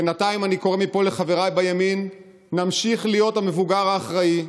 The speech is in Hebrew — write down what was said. בינתיים אני קורא מפה לחבריי בימין: נמשיך להיות המבוגר האחראי.